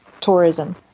tourism